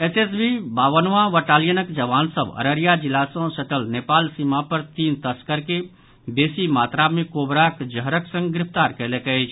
SSB बाबनवाँ बटालियनक जवान सभक अररिया जिला सॅ सटल नेपाल सीमा पर तीन तस्कर के बेसी मात्रा मे कोबराक जहरक संग गिरफ्तार कयलक अछि